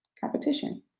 competition